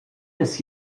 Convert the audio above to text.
des